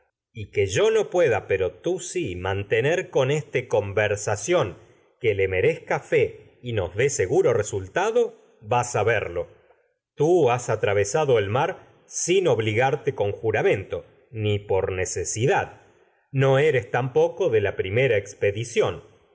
dárdano que no pueda pero tú sí mantener con éste conversación que vas le merezca fe y nos dé seguro resultado a verlo tú has atravesado el mar sin obligarte poco con juramento ni por necesidad no eres tam de la primera expedición